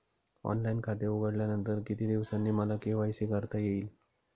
Online खाते उघडल्यानंतर किती दिवसांनी मला के.वाय.सी करता येईल?